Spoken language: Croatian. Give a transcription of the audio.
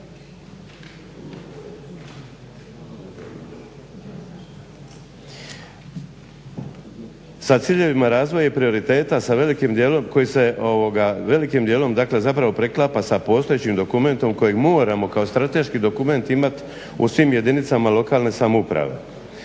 sa ciljevima razvoja i prioriteta sa velikim dijelom koji se zapravo preklapa sa postojećim dokumentom kojeg moramo kao strateški dokument imati u svim jedinicama lokalne samouprave.